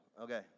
Okay